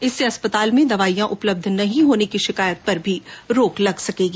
इससे अस्पतालों में दवाइयां उपलब्ध नहीं होने की शिकायत पर रोक लग सकेगी